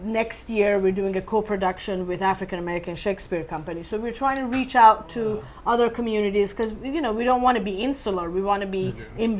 next year we're doing a co production with african american shakespeare company so we're trying to reach out to other communities because you know we don't want to be insular we want to be